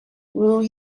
will